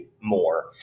more